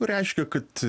reiškia kad